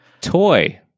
Toy